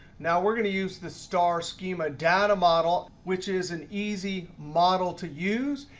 now, we're going to use the star schema data model, which is an easy model to use.